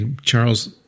Charles